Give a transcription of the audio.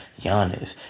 Giannis